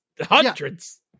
Hundreds